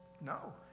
No